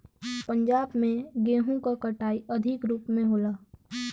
पंजाब में गेंहू क कटाई अधिक रूप में होला